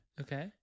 Okay